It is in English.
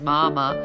Mama